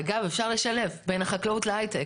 אגב, אפשר לשלב בין החקלאות להייטק.